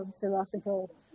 philosophical